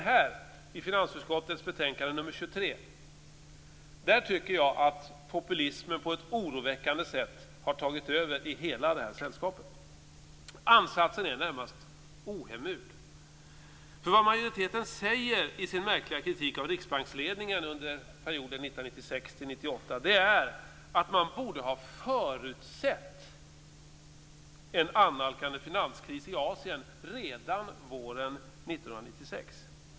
Här - i finansutskottets betänkande nr 23 - tycker jag att populismen på ett oroväckande sätt har tagit över i hela detta sällskap. Ansatsen är närmast ohemul. Vad majoriteten säger i sin märkliga kritik av riksbanksledningen under perioden 1996-1998 är att den borde ha förutsett en annalkande finanskris i Asien redan våren 1996.